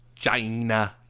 China